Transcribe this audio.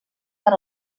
per